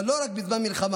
אבל לא רק בזמן מלחמה,